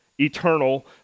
eternal